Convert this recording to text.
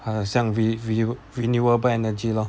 很像 re~ view renewable energy lor